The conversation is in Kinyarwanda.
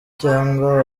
cyangwa